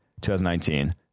2019